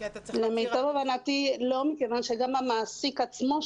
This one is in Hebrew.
למיטב הבנתי לא מכיוון שגם המעסיק עצמו,